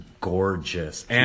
gorgeous